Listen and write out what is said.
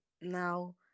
now